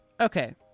Okay